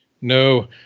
No